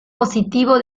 positivo